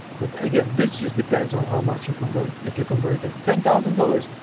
but again, this just depends on how much you convert. if you converted ten thousand dollars,